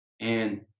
And-